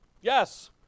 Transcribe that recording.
Yes